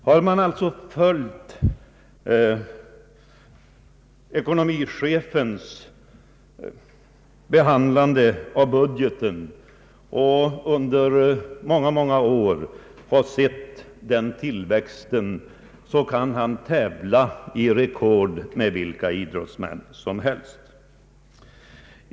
Har man följt ekonomichefens behandling av budgeten och under många år kunnat konstatera den ständiga tillväxten kan man påstå att finansministern kan mäta sig i rekord med vilka idrottsmän som helst.